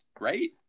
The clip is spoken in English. Right